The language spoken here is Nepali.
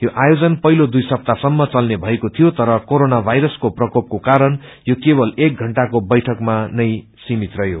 यो आयोजन पहिलो दुई सप्ताह सम्म चल्ने भएको थियो तर कोरोना वायरसको प्रकोपको कारण यो केवल एक षण्टाको बैठक सम्म नै सीमित गरियो